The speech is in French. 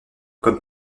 comme